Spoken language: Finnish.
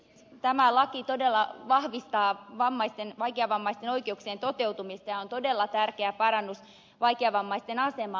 tämä laki todella vahvistaa vaikeavammaisten oikeuksien toteutumista ja on todella tärkeä parannus vaikeavammaisten asemaan